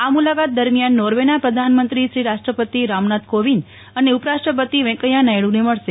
આ મુલા કાત દરમ્યાન નોર્વેના પ્રધાનમંત્રી રાષ્ટ્રપતિ રામનાથ કોવિંદ અને ઉપરાષ્ટ્રપતિ વેંકૈયા નાયડુને મળશે